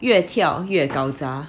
越跳越搞砸